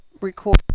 record